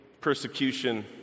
persecution